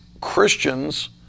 Christians